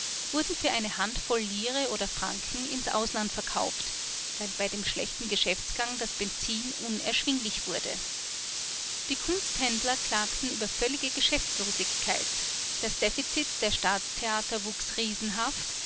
wurden für eine handvoll lire oder franken ins ausland verkauft weil bei dem schlechten geschäftsgang das benzin unerschwinglich wurde die kunsthändler klagten über völlige geschäftslosigkeit das defizit der staatstheater wuchs riesenhaft